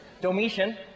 Domitian